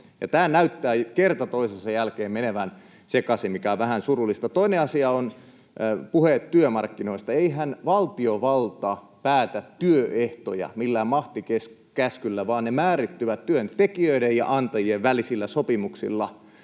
tämä näyttää kerta toisensa jälkeen menevän sekaisin, mikä on vähän surullista. Toinen asia on puhe työmarkkinoista. Eihän valtiovalta päätä työehtoja millään mahtikäskyllä, vaan ne määrittyvät työntekijöiden ja -antajien välisillä sopimuksilla.